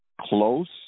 close